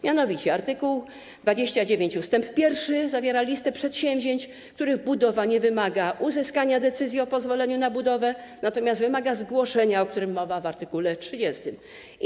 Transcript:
Mianowicie art. 29 ust. 1 zawiera listę przedsięwzięć, których budowa nie wymaga uzyskania decyzji o pozwoleniu na budowę, natomiast wymaga zgłoszenia, o którym mowa w art. 30.